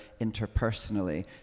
interpersonally